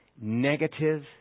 negative